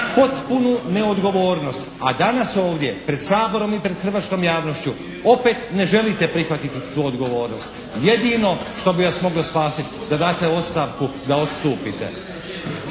potpunu neodgovornost, a danas ovdje pred Saborom i pred hrvatskom javnošću opet ne želite prihvatiti tu odgovornost. Jedino što bi vas moglo spasiti da date ostavku da odstupite.